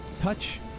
touch